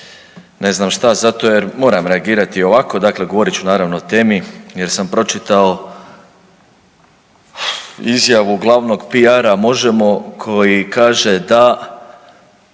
ne znam šta zato jer moram reagirati ovako. Dakle, govorit ću naravno o temi jer sam pročitao izjavu glavnog PR-a Možemo koji kaže da